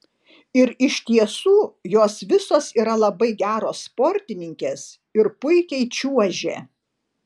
ir iš tiesų jos visos yra labai geros sportininkės ir puikiai čiuožė